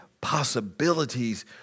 possibilities